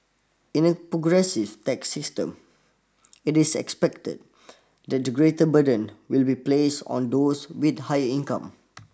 in a progressive tax system it is expected that the greater burden will be placed on those with higher income